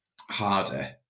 harder